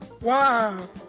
Wow